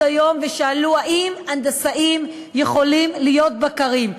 היום ושאלו אם הנדסאים יכולים להיות בקרים.